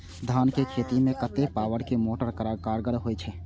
धान के खेती में कतेक पावर के मोटर कारगर होई छै?